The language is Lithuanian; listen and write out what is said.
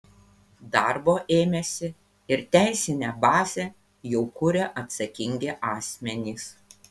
darbo ėmėsi ir teisinę bazę jau kuria atsakingi asmenys